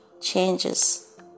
changes